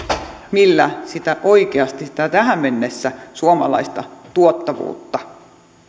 joilla oikeasti tähän mennessä sitä suomalaista tuottavuutta